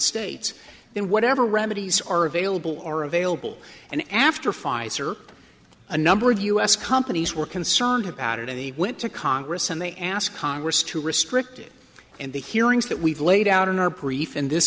states then whatever remedies are available are available and after five a number of u s companies were concerned about it and they went to congress and they ask congress to restrict it and the hearings that we've laid out in our brief and this